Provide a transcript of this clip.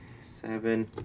Seven